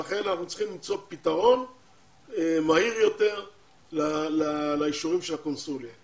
לכן אנחנו צריכים למצוא פתרון מהיר יותר לאישורים של הקונסוליה.